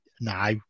now